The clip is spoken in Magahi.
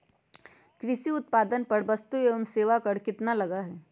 कृषि उत्पादन पर वस्तु एवं सेवा कर कितना लगा हई?